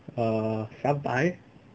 err 三百